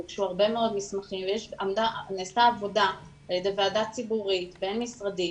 ביקשו הרבה מאוד מסמכים ונעשתה עבודה על ידי ועדה ציבורית בין משרדית,